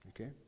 Okay